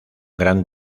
gran